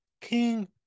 King